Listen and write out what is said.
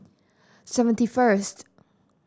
seventy first